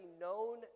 known